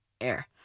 air